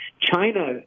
China